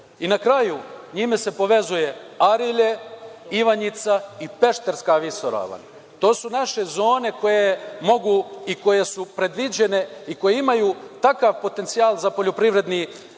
na kraju, njime se povezuje Arilje, Ivanjica i Pešterska visoravan. To su naše zone koje mogu i koje su predviđene i koje imaju takav potencijal za poljoprivredni razvoj,